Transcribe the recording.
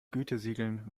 gütesiegeln